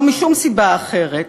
לא משום סיבה אחרת,